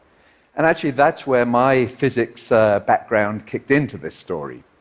and actually that's where my physics background kicked into this story.